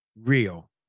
real